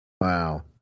Wow